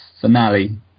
finale